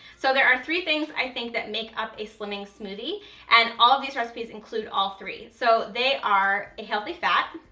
so, there are three things i think that make up a slimming smoothie and all of these recipes include all three, so they are a healthy fat,